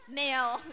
male